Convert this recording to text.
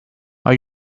are